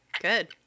Good